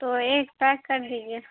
تو ایک پیک کر دیجیے